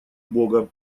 бога